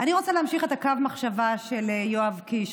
אני רוצה להמשיך את קו המחשבה של יואב קיש,